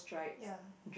ya